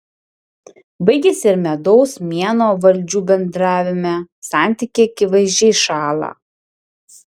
baigiasi ir medaus mėnuo valdžių bendravime santykiai akivaizdžiai šąla